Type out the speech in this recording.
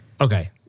Okay